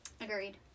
Agreed